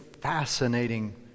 fascinating